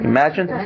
Imagine